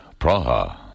Praha